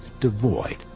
devoid